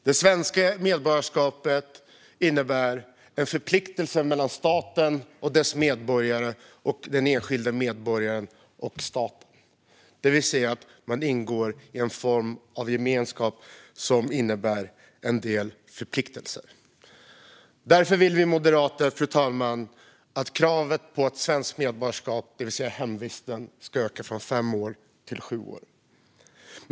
Det svenska medborgarskapet innebär en förpliktelse mellan staten och dess medborgare och mellan den enskilde medborgaren och staten, det vill säga att man ingår en form av gemenskap som innebär en del förpliktelser. Därför vill vi moderater att kravet på hemvist för medborgarskap ska öka från fem år till sju år.